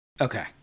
Okay